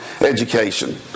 education